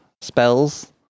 spells